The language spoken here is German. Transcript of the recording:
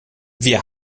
wir